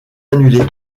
annulé